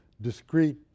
discrete